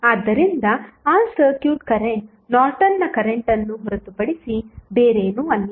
ಆದ್ದರಿಂದ ಆ circuit current ನಾರ್ಟನ್ನ ಕರೆಂಟ್ ಅನ್ನು ಹೊರತುಪಡಿಸಿ ಬೇರೇನೂ ಅಲ್ಲ